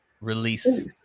release